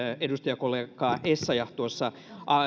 edustajakollega essayah tuossa